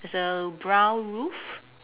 there's a brown roof